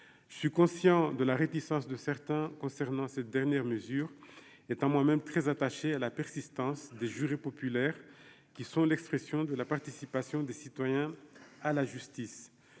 je suis conscient de la réticence de certains concernant cette dernière mesure est moi même très attaché à la persistance des jurés populaires qui sont l'expression de la participation des citoyens à la justice